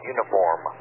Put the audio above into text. Uniform